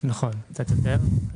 נכון, קצת יותר.